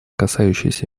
касающиеся